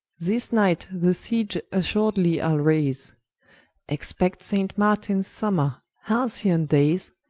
this night the siege assuredly ile rayse expect saint martins summer, halcyons dayes,